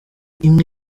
imwe